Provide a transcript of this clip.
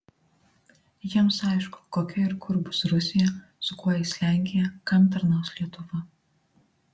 jiems aišku kokia ir kur bus rusija su kuo eis lenkija kam tarnaus lietuva